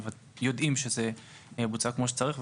יודעים שזה בוצע כמו שצריך.